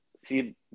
See